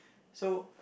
so